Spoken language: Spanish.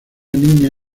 niña